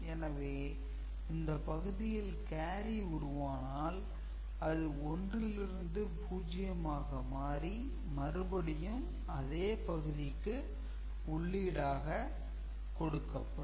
எனவே இந்த பகுதியில் கேரி உருவானால்அது 1 லிருந்து 0 ஆக மாறி மறுபடியும் அதே பகுதிக்கு உள்ளீடாக கொடுக்கப்படும்